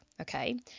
Okay